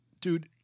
Dude